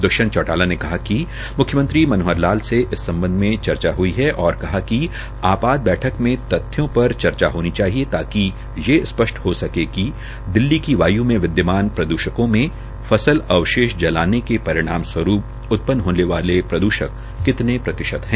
दृष्यंत चौटाला ने कहा कि मुख्यमंत्री मनोहर लाल से इस सम्बध में चर्चा हई है और कहा कि आपात बैठक में तथ्यों पर चर्चा होनी चाहिए ताकि ये स्पष्ट हो सके कि दिल्ली की वायू में विदयमान प्रदूषकों में फसल अवशेष जलाये जाने के परिणाम स्वरूप् उत्पन होने वाले प्रद्वषक कितने प्रतिशत है